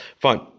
Fine